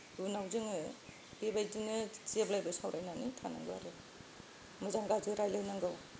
उनाव जोङो बेबायदिनो जेब्लायबो सावरायनानै थानांगौ आरो मोजां गाज्रि रायज्लायनांगौ